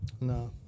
No